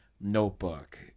notebook